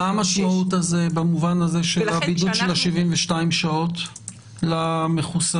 מה המשמעות במובן הזה של הבידוד של 72 שעות למחוסנים?